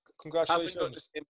congratulations